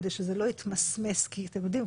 כדי שזה לא יתמסמס כי אתם יודעים,